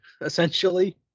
essentially